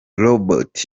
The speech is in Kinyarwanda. robot